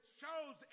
shows